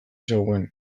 zegoen